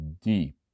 deep